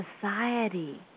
society